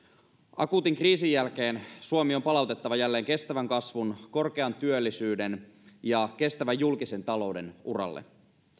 akuutin kriisin jälkeen suomi on palautettava jälleen kestävän kasvun korkean työllisyyden ja kestävän julkisen talouden uralle